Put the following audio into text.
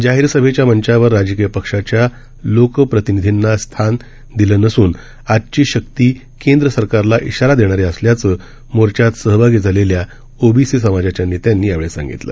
जाहीर सभेच्या मंचावर राजकीय पक्षाच्या लोकप्रतिनिधींना स्थान देण्यात आलं नसून आजची शक्ती केंद्र सरकारला इशारा देणारी असल्याचं मोर्चात सहभागी झालेल्या ओबीसी समाजाच्या नेत्यांनी यावेळी सांगितलं